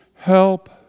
Help